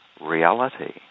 reality